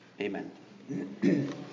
Amen